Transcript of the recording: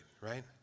right